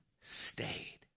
stayed